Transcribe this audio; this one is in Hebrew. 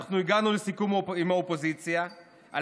אנחנו הגענו לסיכום עם האופוזיציה על